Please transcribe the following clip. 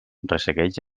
ressegueix